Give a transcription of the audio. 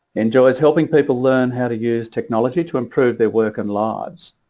enjoys helping people learn how to use technology to improve their work and lives.